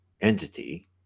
entity